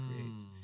creates